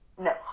No